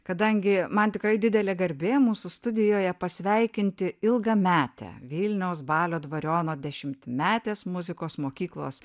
kadangi man tikrai didelė garbė mūsų studijoje pasveikinti ilgametę vilniaus balio dvariono dešimtmetės muzikos mokyklos